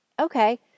Okay